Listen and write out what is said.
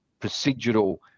procedural